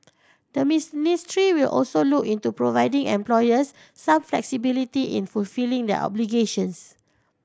the miss will also look into providing employers some flexibility in fulfilling their obligations